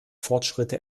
fortschritte